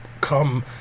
come